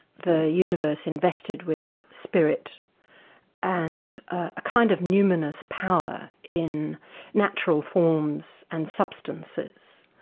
the universe invested with spirit and a kind of numinist power in natural forms and substances.